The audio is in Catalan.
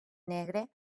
negre